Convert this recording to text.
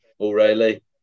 O'Reilly